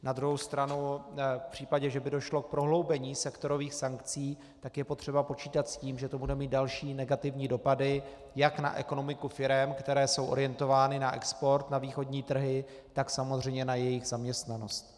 Na druhou stranu v případě, že by došlo k prohloubení sektorových sankcí, tak je potřeba počítat s tím, že to bude mít další negativní dopady jak na ekonomiku firem, které jsou orientovány na export na východní trhy, tak samozřejmě na jejich zaměstnanost.